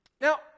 Now